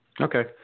Okay